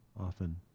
often